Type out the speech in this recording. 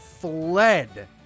fled